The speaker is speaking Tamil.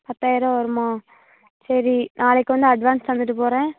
பத்தாயிரரூபா வருமா சரி நாளைக்கு வந்து அட்வான்ஸ் தந்துட்டு போகிறேன்